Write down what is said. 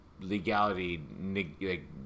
legality